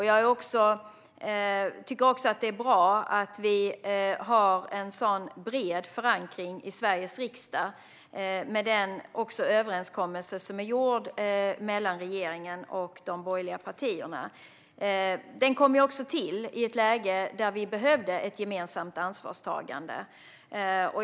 Jag tycker också att det är bra att vi har en sådan bred förankring i Sveriges riksdag med den överenskommelse som är gjord mellan regeringen och de borgerliga partierna. Den kom också till i ett läge då vi behövde ett gemensamt ansvarstagande.